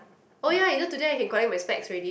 oh ya you know today I can collect my specs already